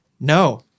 No